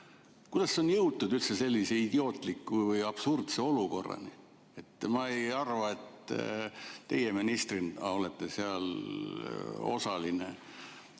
Kuidas on jõutud üldse sellise idiootliku või absurdse olukorrani? Ma ei arva, et teie ministrina olete seal osaline.